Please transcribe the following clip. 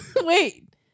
wait